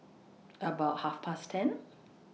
about Half Past ten